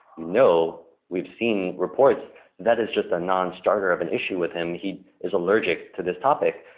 you know we've seen reports that is just a nonstarter of an issue with him. he is allergic to this topic,